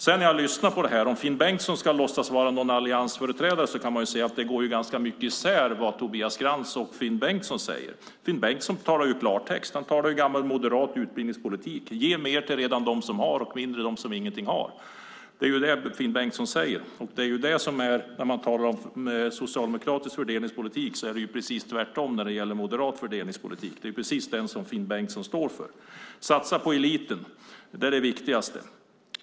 Om Finn Bengtsson ska låtsas vara någon typ av alliansföreträdare kan jag säga att när jag lyssnar hör jag att det Tobias Krantz och Finn Bengtsson säger går ganska mycket isär. Finn Bengtsson talar ju klartext. Han talar gammal moderat utbildningspolitik. Ge mer till dem som redan har och mindre till dem som ingenting har! Det är det Finn Bengtsson säger. Socialdemokratisk fördelningspolitik är precis tvärtom jämfört med moderat fördelningspolitik, som Finn Bengtsson står för. Satsa på eliten! Det är det viktigaste.